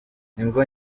ingo